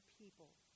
people